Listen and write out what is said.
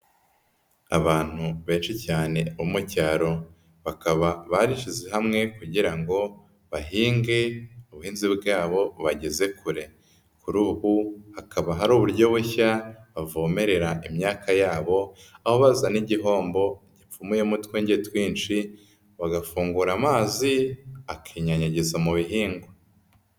Abantu benshi cyane bo mu cyaro bakaba barishyize hamwe kugira ngo bahinge ubuhinzi bwabo bubageze kure, kuri ubu hakaba hari uburyo bushya bavomerera imyaka yabo, aho bazana igihombo gipfumuyemo utwenge twinshi bagafungura amazi akinyanyagiza mu bihingwa.